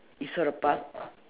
you saw the park